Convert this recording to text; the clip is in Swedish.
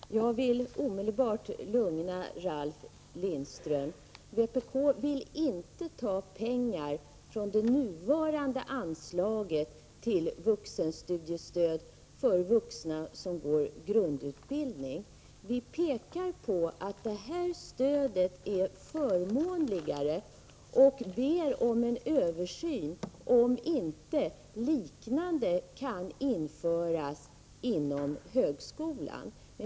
Fru talman! Jag vill omedelbart lugna Ralf Lindström. Vpk vill inte ta pengar från det nuvarande anslaget till vuxenstudiestöd för vuxna som går grundutbildning. Vi framhåller att det stödet är förmånligare och ber om en översyn av det särskilda vuxenstudiestödet i syfte att införa det också inom högskolan.